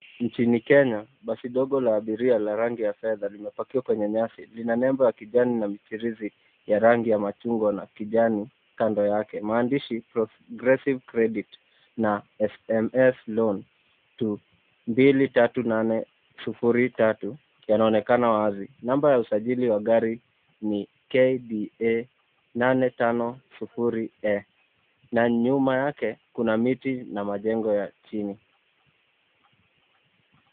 Nchini Kenya, basi dogo la abiria la rangi ya fedha limepakiwa kwenye nyasi. Lina nembo ya kijani na michirizi ya rangi ya machungwa na kijani kando yake. Maandishi Progressive Credit na SMS loan to 23803 yanaonekana wazi. Namba ya usajili wa gari ni KDA 850A, na nyuma yake kuna miti na majengo ya chini.